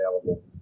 available